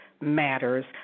matters